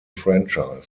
franchise